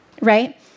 Right